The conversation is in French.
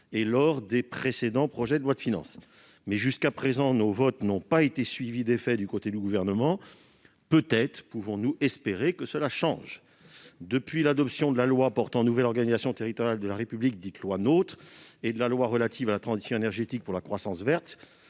et des précédents projets de loi de finances. Si jusqu'à présent nos votes n'ont pas été suivis d'effet du côté du Gouvernement, nous pouvons peut-être espérer que cela change ... Non ! Depuis l'adoption de la loi portant nouvelle organisation territoriale de la République (NOTRe) et de la loi relative à la transition énergétique pour la croissance verte,